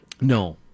No